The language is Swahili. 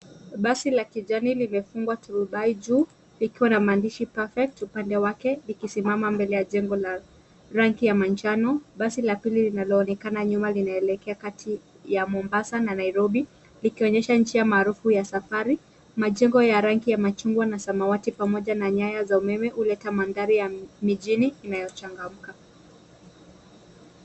Basi la kijani limefungwa turubai juu likiwa na maandishi Perfect upande wake ikisimama mbele ya jengo la rangi ya manjano. Basi la pili linaonekana nyuma likielekea kati ya Mombasa na Nairobi likionyesha njia maarufu ya safari. Majengo ya rangi ya machungwa na samawati pamoja na nyaya za umeme huleta mandhari ya mijini inayochangamka.